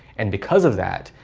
and because of that,